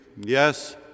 yes